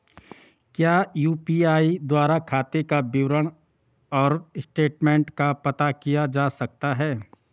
क्या यु.पी.आई द्वारा खाते का विवरण और स्टेटमेंट का पता किया जा सकता है?